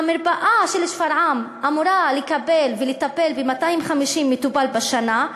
המרפאה של שפרעם אמורה לקבל ולטפל ב-250 מטופלים בשנה,